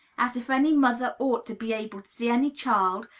as if any mother ought to be able to see any child,